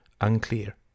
unclear